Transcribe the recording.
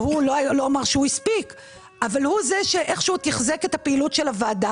הוא זה שאיכשהו תחזק את הפעילות של הוועדה